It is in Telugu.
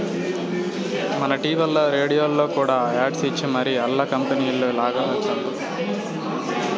మన టీవీల్ల, రేడియోల్ల కూడా యాడ్స్ ఇచ్చి మరీ ఆల్ల కంపనీలంక లాగతండారు